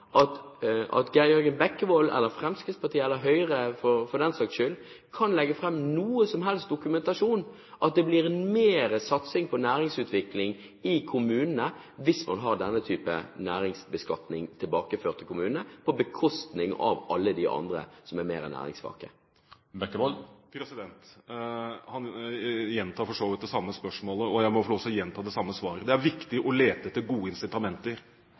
sånn at Geir Jørgen Bekkevold eller Fremskrittspartiet eller Høyre, for den saks skyld, kan legge fram noen som helst dokumentasjon på at det blir mer satsing på næringsutvikling i kommunene hvis man har denne type næringsbeskatning tilbakeført til kommunene, på bekostning av alle de andre som er mer næringssvake? Han gjentar for så vidt det samme spørsmålet, og jeg må også få lov til å gjenta det samme svaret: Det er viktig å lete etter gode